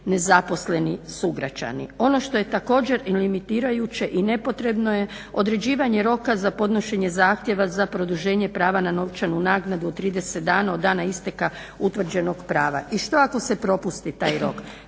nezaposleni sugrađani. Ono što je također i limitirajuće i nepotrebno je određivanje roka za podnošenje zahtjeva za produženje prava na novčanu naknadu od 30 dana od dana isteka utvrđenog prava. I što ako se propusti taj rok?